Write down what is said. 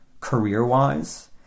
career-wise